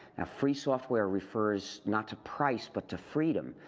and free software refers not to price, but to freedom.